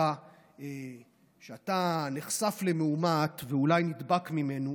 כשאתה נחשף למאומת ואולי נדבק ממנו